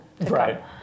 Right